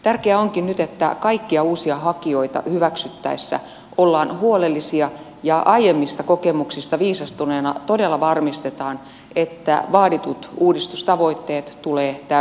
tärkeää onkin nyt että kaikkia uusia hakijoita hyväksyttäessä ollaan huolellisia ja aiemmista kokemuksista viisastuneina todella varmistetaan että vaaditut uudistustavoitteet tulevat täytetyiksi